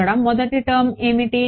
ఇక్కడ మొదటి టర్మ్ ఏమిటి